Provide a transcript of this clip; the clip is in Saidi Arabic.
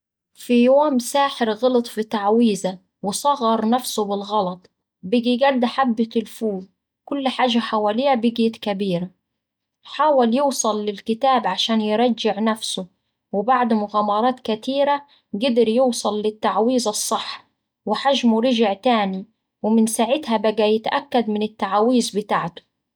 في يوم ساحر غلط في تعويذة وصغر نفسه بالغلط، بقي قد حبة الفول كل حاجة حواليه بقيت كبيرة. حاول يوصل للكتاب عشان يرجع نفسه وبعد مغامرات كتيرة قد يوصل للتعويذة الصح وحجمه رجع تاني ومن ساعتها بقي يتأكد من التعاويذ بتاعته.